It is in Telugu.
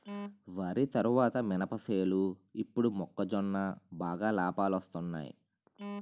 వరి తరువాత మినప సేలు ఇప్పుడు మొక్కజొన్న బాగా లాబాలొస్తున్నయ్